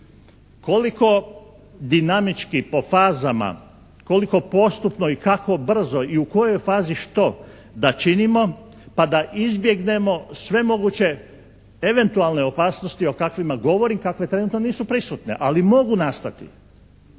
Koliko dinamički, po fazama, koliko postupno i kako brzo i u kojoj fazi što da činimo pa da izbjegnemo sve moguće eventualne opasnosti o kakvima govorim, kakve trenutno nisu prisutne, ali mogu nastati.